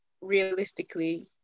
realistically